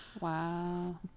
wow